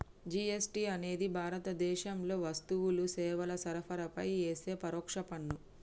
GST అనేది భారతదేశంలో వస్తువులు, సేవల సరఫరాపై యేసే పరోక్ష పన్ను